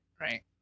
Right